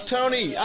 Tony